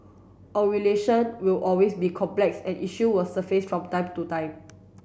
our relation will always be complex and issue will surface from time to time